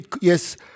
yes –